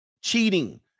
cheating